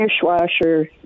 dishwasher